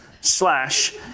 slash